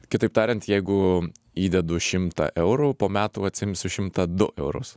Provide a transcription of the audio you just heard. kitaip tariant jeigu įdedu šimtą eurų po metų atsiimsiu šimtą du eurus